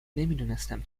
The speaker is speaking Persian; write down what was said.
نمیدونستم